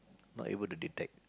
not able to detect